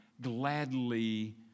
gladly